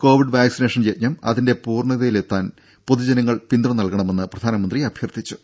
Covid vaccination യജ്ഞം അതിന്റെ പൂർണ്ണതയിലെത്താൻ പൊതുജനങ്ങൾ പിന്തുണ നൽകണമെന്ന് പ്രധാനമന്ത്രി അഭ്യർത്ഥിച്ചു